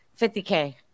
50k